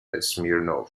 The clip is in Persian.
اسمیرنوو